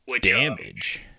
Damage